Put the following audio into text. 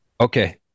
Okay